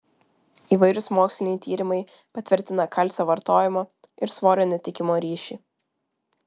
įvairūs moksliniai tyrimai patvirtina kalcio vartojimo ir svorio netekimo ryšį